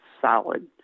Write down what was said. solid